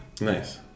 Nice